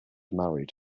married